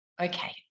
Okay